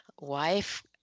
wife